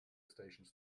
stations